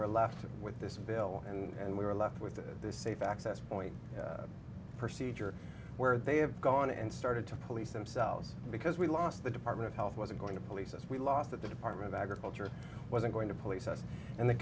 were left with this bill and we were left with a safe access point procedure where they have gone and started to police themselves because we lost the department of health wasn't going to police us we lost that the department of agriculture wasn't going to police and the